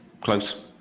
close